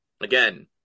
Again